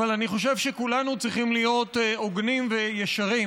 אבל אני חושב שכולנו צריכים להיות הוגנים וישרים.